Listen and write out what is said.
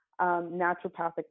naturopathic